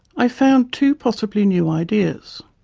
i found two possibly new ideas.